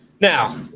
now